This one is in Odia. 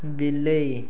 ବିଲେଇ